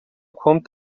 kommt